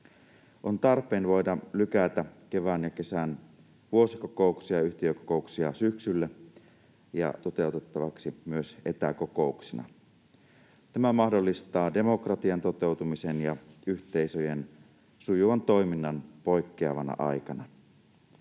On tarpeen voida lykätä kevään ja kesän vuosikokouksia ja yhtiökokouksia syksylle ja toteutettavaksi myös etäkokouksina. Tämä mahdollistaa demokratian toteutumisen ja yhteisöjen sujuvan toiminnan poikkeavana aikana.